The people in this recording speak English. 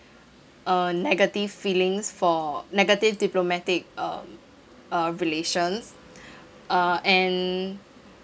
uh negative feelings for negative diplomatic um uh relations uh and